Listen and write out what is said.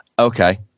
Okay